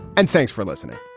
and thanks for listening